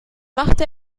machte